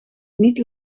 niet